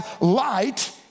light